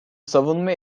savunma